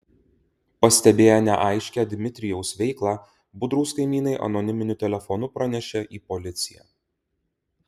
pastebėję neaiškią dmitrijaus veiklą budrūs kaimynai anoniminiu telefonu pranešė į policiją